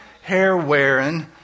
hair-wearing